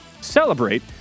Celebrate